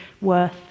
worth